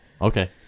okay